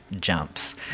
jumps